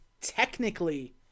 technically